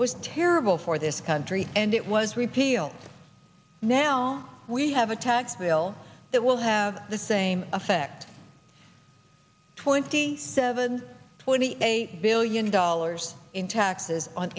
was terrible for this country and it was repealed now we have a tax bill that will have the same effect twenty seven twenty eight billion dollars in taxes on